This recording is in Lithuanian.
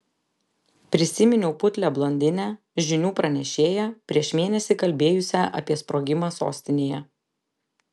prisiminiau putlią blondinę žinių pranešėją prieš mėnesį kalbėjusią apie sprogimą sostinėje